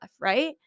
right